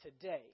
today